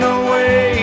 away